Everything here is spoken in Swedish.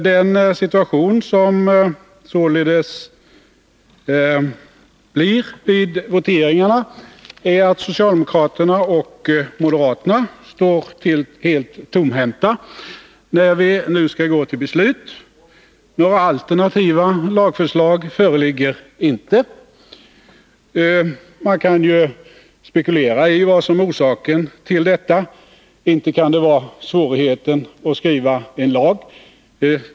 Den situation som således föreligger är att socialdemokraterna och moderaterna står helt tomhänta när vi nu skall gå till beslut. Några alternativa lagförslag föreligger inte. Man kan ju spekulera i vad som är orsaken till detta. Inte kan det vara svårigheten att skriva en lag.